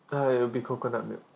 ah it'll be coconut milk